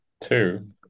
Two